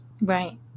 Right